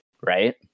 right